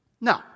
No